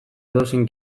edozein